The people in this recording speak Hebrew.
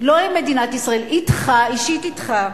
לא עם מדינת ישראל, אתך, אישית אתך.